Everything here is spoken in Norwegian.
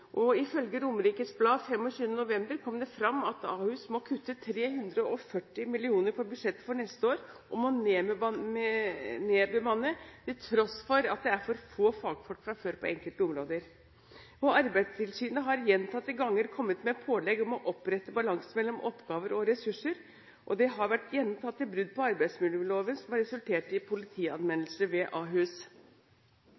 bemanningssituasjon. Ifølge Romerikes Blad 25. november må Ahus kutte 340 mill. kr i budsjettet for neste år, og de må nedbemanne til tross for at det er for få fagfolk fra før på enkelte områder. Arbeidstilsynet har gjentatte ganger kommet med pålegg om å opprette balanse mellom oppgaver og ressurser, og det har vært gjentatte brudd på arbeidsmiljøloven som har resultert i